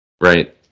Right